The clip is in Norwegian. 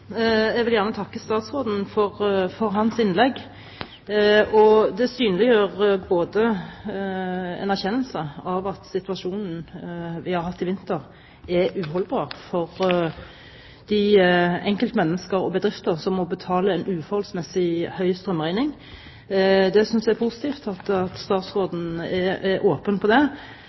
Jeg vil gjerne takke statsråden for hans innlegg. Det synliggjør en erkjennelse av at situasjonen vi har hatt i vinter, er uholdbar for de enkeltmennesker og bedrifter som må betale en uforholdsmessig høy strømregning. Det jeg synes er positivt, er at statsråden er åpen på det